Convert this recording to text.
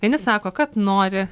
vieni sako kad nori